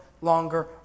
longer